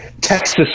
Texas